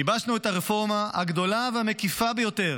גיבשנו את הרפורמה הגדולה והמקיפה ביותר